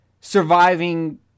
surviving